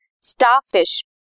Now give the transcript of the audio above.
starfish